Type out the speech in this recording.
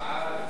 התשע"א 2011,